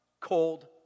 cold